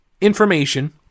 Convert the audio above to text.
information